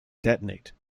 detonate